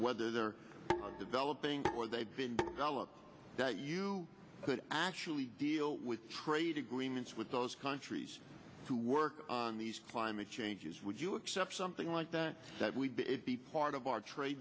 whether they are developing or they've been well up that you could actually deal with trade agreements with those countries to work on these climate changes would you accept something like that that we be part of our trade